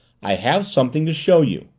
i have something to show you